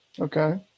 Okay